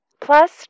Plus